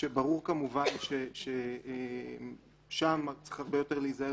כשכמובן ברור ששם צריך להיזהר הרבה יותר